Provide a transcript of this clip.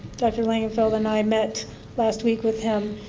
dr. langenfeld and i met last week with him.